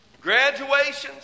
Graduations